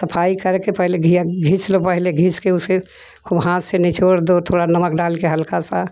सफ़ाई कर के पहले घि घीच लो पहले घीच के उसे ख़ूब हाथ से निचोड़ दो थोड़ा नमक डाल कर हल्का सा